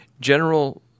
general